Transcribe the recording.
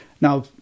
Now